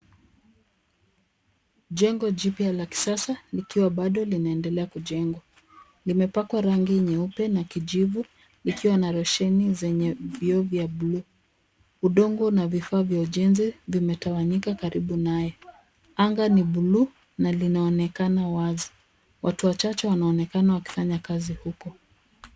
Jengo jipya la kisasa likiwa bado linaendelea kujengwa. Limepakwa rangi nyeupe na kijivu likiwa na roshani zenye vioo vya bluu. Udongo na vioo vya ujenzi vimetawanyika karibu naye .Anga ni bluu na linaonekana wazi. Watu wachache wanaonekana wakifanya kazi huko.